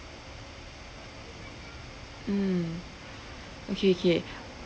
mm okay okay